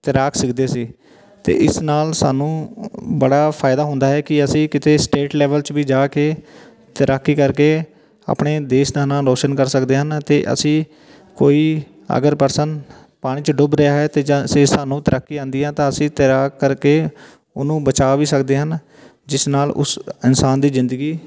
ਤੈਰਾਕ ਸਿੱਖਦੇ ਸੀ ਅਤੇ ਇਸ ਨਾਲ ਸਾਨੂੰ ਬੜਾ ਫਾਇਦਾ ਹੁੰਦਾ ਹੈ ਕਿ ਅਸੀਂ ਕਿਤੇ ਸਟੇਟ ਲੈਵਲ 'ਚ ਵੀ ਜਾ ਕੇ ਤੈਰਾਕੀ ਕਰਕੇ ਆਪਣੇ ਦੇਸ਼ ਦਾ ਨਾਂ ਰੋਸ਼ਨ ਕਰ ਸਕਦੇ ਹਨ ਅਤੇ ਅਸੀਂ ਕੋਈ ਅਗਰ ਪਰਸਨ ਪਾਣੀ 'ਚ ਡੁੱਬ ਰਿਹਾ ਹੈ ਅਤੇ ਜਾਂ ਅਸੀਂ ਸਾਨੂੰ ਤੈਰਾਕੀ ਆਉਂਦੀ ਹੈ ਤਾਂ ਅਸੀਂ ਤੈਰਾਕ ਕਰਕੇ ਉਹਨੂੰ ਬਚਾ ਵੀ ਸਕਦੇ ਹਨ ਜਿਸ ਨਾਲ ਉਸ ਇਨਸਾਨ ਦੀ ਜ਼ਿੰਦਗੀ